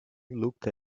looked